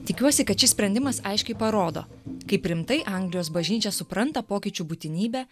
tikiuosi kad šis sprendimas aiškiai parodo kaip rimtai anglijos bažnyčia supranta pokyčių būtinybę